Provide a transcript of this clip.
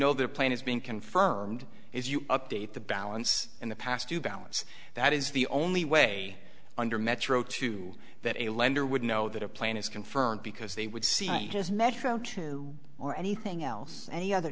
know their plan has been confirmed if you update the balance in the past you balance that is the only way under metro to that a lender would know that a plan is confirmed because they would see just metro two or anything else any other